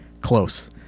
close